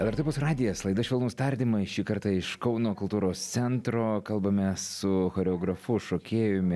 lrt opus radijas laida švelnūs tardymai šį kartą iš kauno kultūros centro kalbamės su choreografu šokėjumi